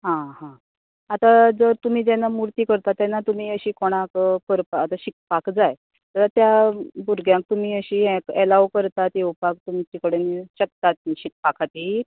हां हां आतां जर तुमी जेन्ना मुर्ती करता तेन्ना तुमी अशी कोणाक करपा आता शिकपाक जाय जाल्यार त्या भुरग्याक तुमी अशी अलाव करतात येवपाक तुमच्या कडेन शकतात शिकपा खातीर